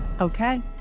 Okay